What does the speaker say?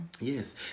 Yes